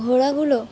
ঘোড়াগুলো